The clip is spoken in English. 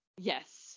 yes